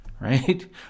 right